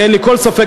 אין לי כל ספק,